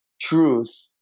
truth